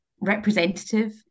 representative